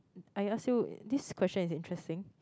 I ask you this question is interesting